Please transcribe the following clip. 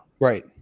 Right